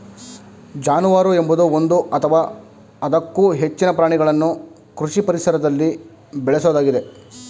ಜಾನುವಾರು ಎಂಬುದು ಒಂದು ಅಥವಾ ಅದಕ್ಕೂ ಹೆಚ್ಚಿನ ಪ್ರಾಣಿಗಳನ್ನು ಕೃಷಿ ಪರಿಸರದಲ್ಲಿ ಬೇಳೆಸೋದಾಗಿದೆ